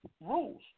rules